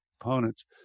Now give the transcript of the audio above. opponents